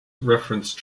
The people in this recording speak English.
reference